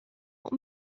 what